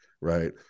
right